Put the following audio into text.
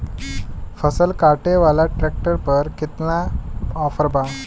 फसल काटे वाला ट्रैक्टर पर केतना ऑफर बा?